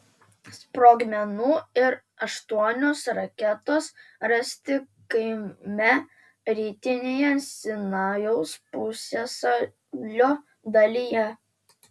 sprogmenų ir aštuonios raketos rasti kaime rytinėje sinajaus pusiasalio dalyje